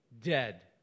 Dead